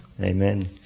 Amen